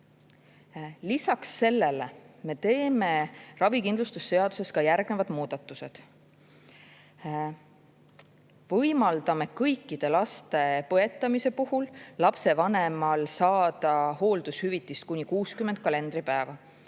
Lisaks sellele me teeme ravikindlustuse seaduses ka järgnevad muudatused. Võimaldame kõikide laste põetamise puhul lapsevanemal saada hooldushüvitist kuni 60 kalendripäeva.